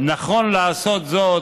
נכון לעשות זאת